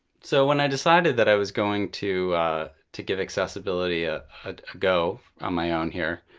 so when i decided that i was going to to give accessibility a go on my own here,